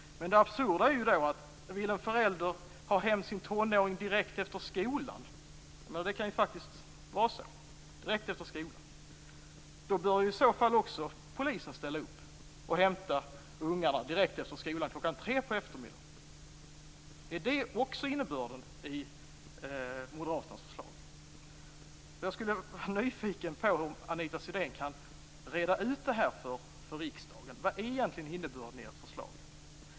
Men det absurda är att om en förälder vill ha hem sin tonåring direkt efter skolan, då bör väl också polisen ställa upp och hämta ungarna, t.ex. kl. 3 på eftermiddagen? Är detta också innebörden i moderaternas förslag? Sedan är jag nyfiken på om Anita Sidén kan reda ut detta för riksdagen. Vad är egentligen innebörden i ert förslag?